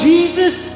Jesus